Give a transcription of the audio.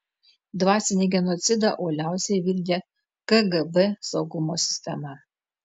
dvasinį genocidą uoliausiai vykdė kgb saugumo sistema